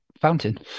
fountain